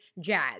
Jazz